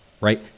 Right